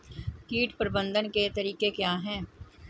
कीट प्रबंधन के तरीके क्या हैं?